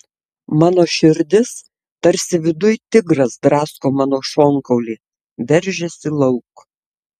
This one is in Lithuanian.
mano širdis tarsi viduj tigras drasko mano šonkaulį veržiasi lauk